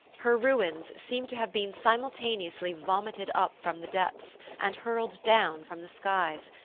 her ruins seem to have been simultaneously vomited up from the depths and hurled down from the skies,